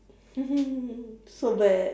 so bad